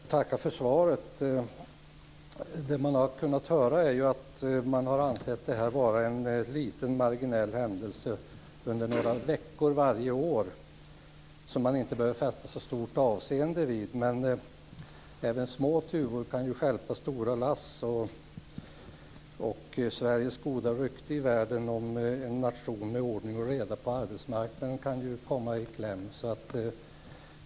Fru talman! Jag tackar för svaret. Såvitt man har kunnat höra har detta ansetts vara en liten och marginell företeelse under några veckor varje år, som man inte behöver fästa så stort avseende vid, men även små tuvor kan stjälpa stora lass. Sveriges goda rykte i världen för att vara en nation med ordning och reda på arbetsmarknaden kan komma i kläm.